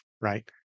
Right